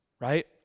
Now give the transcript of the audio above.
right